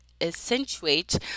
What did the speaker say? accentuate